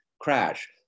crash